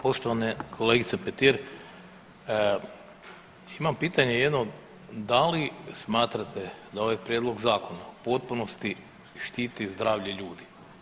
Poštovana kolegice Petir, imam pitanje jedno, da li smatrate da ovaj prijedlog zakona u potpunosti štiti zdravlje ljudi?